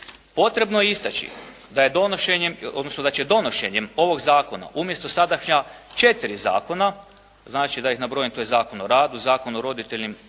odnosno da će donošenjem ovoga zakona umjesto sadašnja četiri zakona, znači da ih nabrojim, to je Zakon o radu, Zakon o rodiljnim